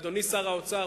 אדוני שר האוצר,